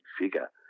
figure